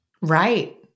Right